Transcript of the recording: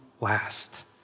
last